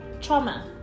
trauma